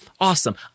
Awesome